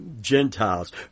Gentiles